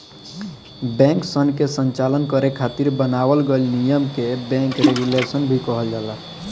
बैंकसन के संचालन करे खातिर बनावल गइल नियम के बैंक रेगुलेशन भी कहल जाला